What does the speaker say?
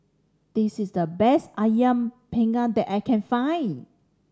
this is the best Ayam Panggang that I can find